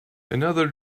another